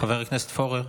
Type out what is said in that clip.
חבר הכנסת פורר,